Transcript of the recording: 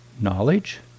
knowledge